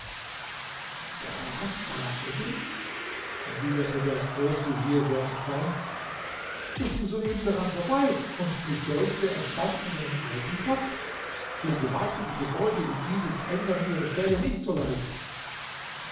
der palast alaeddins erwiderte der großvezier sehr erstaunt ich ging soeben daran vorbei und mich däuchte er stand an seinem alten platz so gewaltige gebäude wie dieses ändern ihre stelle nicht so leicht